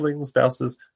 spouses